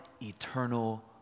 eternal